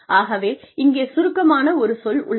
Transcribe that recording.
ஆகவே இங்கே சுருக்கமான ஒரு சொல் உள்ளது